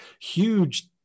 huge